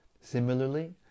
Similarly